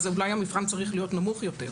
אולי המבחן צריך להיות נמוך יותר.